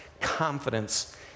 confidence